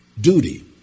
duty